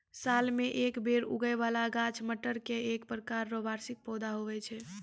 साल मे एक बेर उगै बाला गाछ मटर एक प्रकार रो वार्षिक पौधा हुवै छै